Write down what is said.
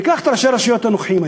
ניקח את ראשי הרשויות הנוכחיים,